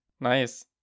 Nice